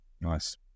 Nice